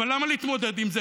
אבל למה להתמודד עם זה?